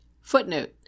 Footnote